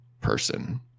person